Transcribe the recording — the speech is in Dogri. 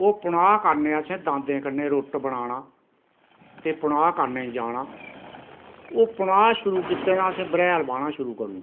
ओ पनाह् करने असैं दांदे कन्नै रुट्ट बनाना ते पनाह् करने ई जाना ओ पनाह् शुरू कीत्ते ते असैं बरेहाल बाह्ना शुरू करू नी